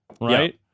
right